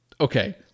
Okay